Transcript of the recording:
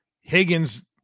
Higgins